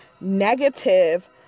negative